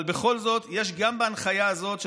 אבל בכל זאת יש גם בהנחיה הזאת של